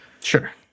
Sure